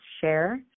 share